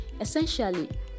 Essentially